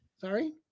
Sorry